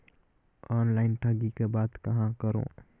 Online ठगी के बाद कहां करों?